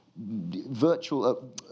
Virtual